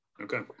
Okay